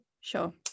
Sure